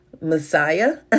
Messiah